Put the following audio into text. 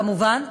כמובן.